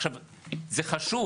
עכשיו, זה חשוב.